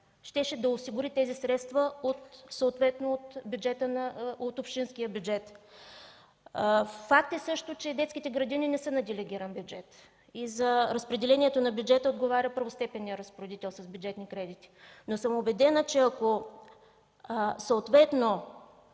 да осигури тези средства от общинския бюджет. Факт е също, че детските градини не са на делегиран бюджет и за разпределението на бюджета отговаря първостепенният разпоредител с бюджетни кредити. Убедена съм, че ако детските